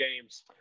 games